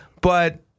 But-